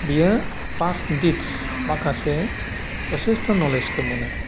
बियो पास्ट डित्स माखासे ओसिस्त नलेजखौ मोनो